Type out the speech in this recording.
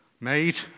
made